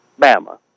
Bama